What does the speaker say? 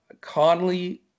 Conley